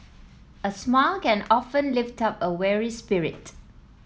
a smile can often lift up a weary spirit